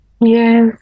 Yes